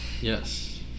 Yes